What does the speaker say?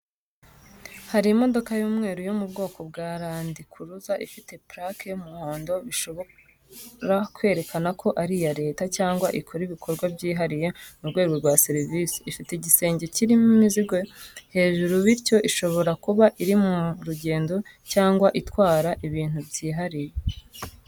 Hari imodoka y’umweru yo mu bwoko bwa randi kuruza ifite plaque y’umuhondo bishobora kwerekana ko ari iya Leta cyangwa ikora ibikorwa byihariye mu rwego rwa serivisi. Ifite igisenge cyirimo imizigo hejuru bityo ishobora kuba iri mu rugendo cyangwa itwara ibintu byihariye.